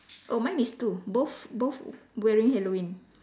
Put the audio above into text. oh mine is two both both wearing Halloween